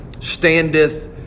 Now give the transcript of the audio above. standeth